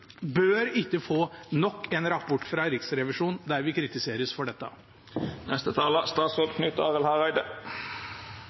bør ikke få nok en rapport fra Riksrevisjonen der vi kritiseres for